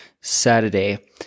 Saturday